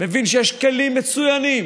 מבין שיש כלים מצוינים